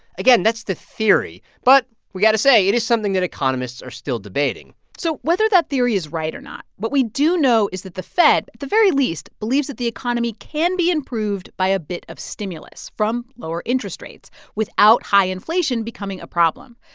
again, that's the theory. but we got to say it is something that economists are still debating so whether that theory is right or not, what we do know is that the fed, at the very least, believes that the economy can be improved by a bit of stimulus from lower interest rates without high inflation becoming a problem.